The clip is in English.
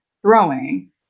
throwing